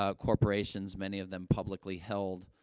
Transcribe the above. ah corporations, many of them publicly held,